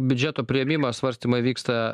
biudžeto priėmimą svarstymai vyksta